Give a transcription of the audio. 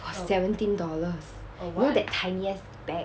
for seventeen dollars you know the tiniest bag